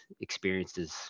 experiences